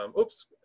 oops